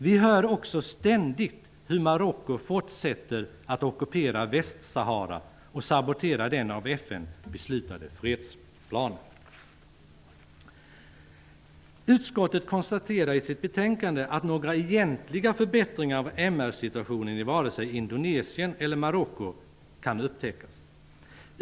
Vi hör också ständigt hur Marocko fortsätter att ockupera Västsahara och sabotera den av FN Utskottet konstaterar i sitt betänkande att inga egentliga förbättringar när det gäller de mänskliga rättigheterna kan upptäckas i vare sig Indonesien eller Marocko.